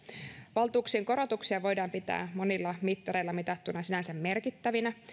valtuuksien korotuksia voidaan pitää monilla mittareilla mitattuna sinänsä merkittävinä